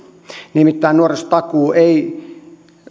nimittäin nuorisotakuu ei